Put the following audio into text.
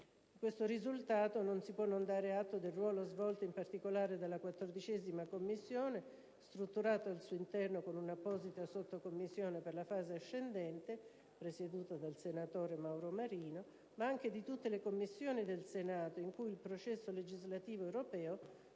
Per questo risultato non si può non dare atto del ruolo svolto in particolare dalla 14a Commissione, strutturata al suo interno con un'apposita Sottocommissione per la fase ascendente (presieduta dal senatore Mauro Marino), ma anche di tutte le Commissioni del Senato, in cui il processo legislativo europeo